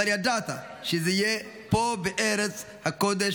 אבל ידעת שזה יהיה פה בארץ הקודש,